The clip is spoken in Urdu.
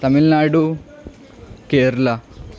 تمل ناڈو کیرلا